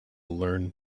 learned